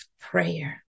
prayer